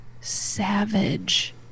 savage